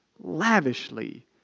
lavishly